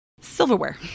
Silverware